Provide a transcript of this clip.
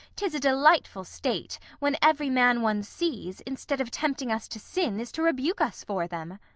tis a delightful state, when every man one sees, instead of tempting us to sin, is to rebuke us for them.